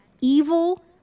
evil